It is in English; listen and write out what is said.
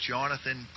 Jonathan